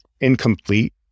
incomplete